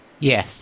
Yes